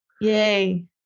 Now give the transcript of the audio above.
Yay